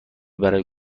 برای